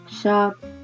shop